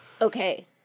Okay